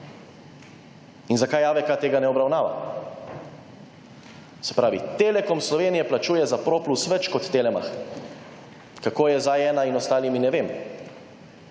In zakaj AVK tega ne obravnava? Se pravi, Telekom Slovenije plačuje za ProPlus več kot Telemach. Kako je z A1 in ostalimi ne vem.